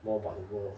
more about the world